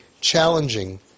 challenging